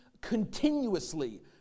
continuously